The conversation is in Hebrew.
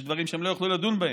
יש דברים שלא יוכלו לדון בהם.